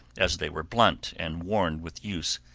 as they were blunt and worn with use.